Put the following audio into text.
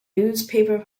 newspaper